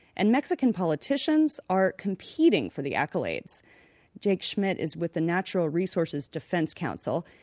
and mexican politicians are competing for the accolades jake schmidt is with the natural resources defense council.